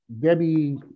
debbie